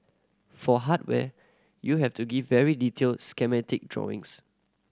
for hardware you have to give very detailed schematic drawings